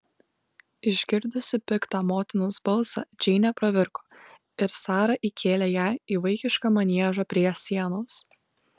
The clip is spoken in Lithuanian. išgirdusi piktą motinos balsą džeinė pravirko ir sara įkėlė ją į vaikišką maniežą prie sienos